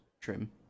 trim